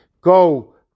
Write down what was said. go